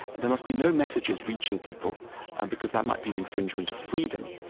there must be no messages reaching people because that might be an infringement of freedom,